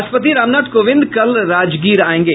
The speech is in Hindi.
राष्ट्रपति रामनाथ कोविंद कल राजगीर आयेंगे